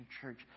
Church